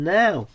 now